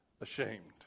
ashamed